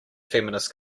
feminist